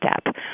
step